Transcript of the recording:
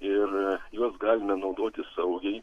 ir juos galime naudoti saugiai